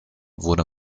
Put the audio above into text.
wurde